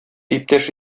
иптәш